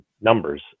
numbers